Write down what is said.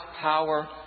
power